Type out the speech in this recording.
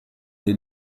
est